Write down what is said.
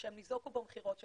שהן ניזוקו במכירות שלהן.